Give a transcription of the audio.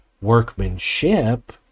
workmanship